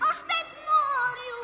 aš taip noriu